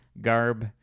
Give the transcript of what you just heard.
garb